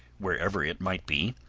wherever it might be,